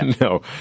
No